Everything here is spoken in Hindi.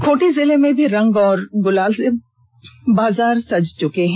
खूंटी जिले में भी रंग और गुलाल से बाजार सज चुका है